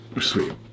Sweet